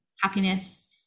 happiness